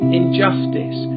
injustice